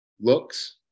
looks